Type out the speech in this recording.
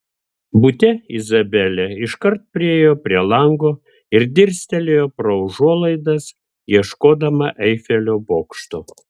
bute izabelė iškart priėjo prie lango ir dirstelėjo pro užuolaidas ieškodama eifelio bokšto